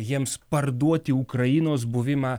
jiems parduoti ukrainos buvimą